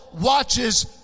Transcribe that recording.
watches